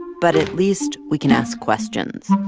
but at least we can ask questions.